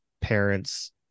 parents